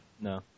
No